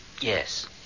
Yes